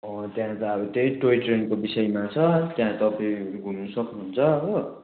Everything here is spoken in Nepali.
हो त्यहाँ त अब चाहिँ टोय ट्रेनको विषयमा छ त्यहाँ तपाईँहरू घुम्नु सक्नुहुन्छ हो